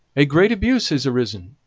a great abuse has arisen,